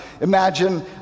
Imagine